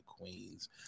queens